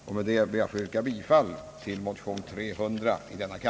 Jag ber, herr talman, att få yrka bifall till motion nr I: 300.